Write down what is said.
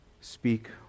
Speak